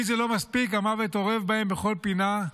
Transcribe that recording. אם זה לא מספיק, המוות אורב בהם בכל פינה.